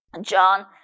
John